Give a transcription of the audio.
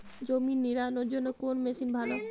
জমি নিড়ানোর জন্য কোন মেশিন ভালো?